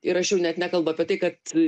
ir aš jau net nekalbu apie tai kad